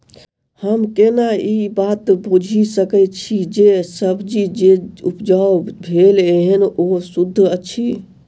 हम केना ए बात बुझी सकैत छी जे सब्जी जे उपजाउ भेल एहन ओ सुद्ध अछि?